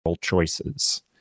choices